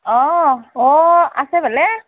অঁ অঁ আছে ভালে